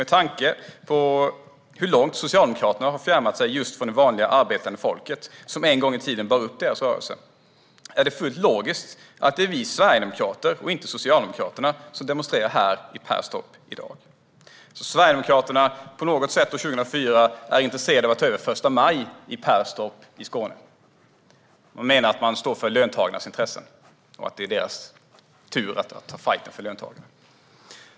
Med tanke på hur långt Socialdemokraterna har fjärmat sig just från det vanliga arbetande folket, som en gång i tiden bar upp deras rörelse, är det fullt logiskt att det är vi sverigedemokrater och inte Socialdemokraterna som demonstrerar här i Perstorp i dag. Sverigedemokraterna var alltså 2004 på något sätt intresserade av att ta över första maj i Perstorp i Skåne. De menade att de stod för löntagarnas intressen och att det var deras tur att ta fajten för löntagarna.